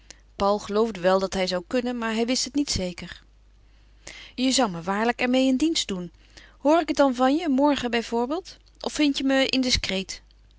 paul geloofde wel dat hij zou kunnen maar hij wist het niet zeker je zou me waarlijk er meê een dienst doen hoor ik het dan van je morgen bijvoorbeeld of vindt je me indiscreet